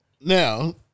Now